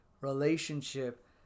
relationship